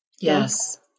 Yes